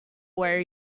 where